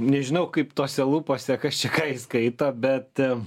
nežinau kaip tose lūpose kas čia ką įskaito bet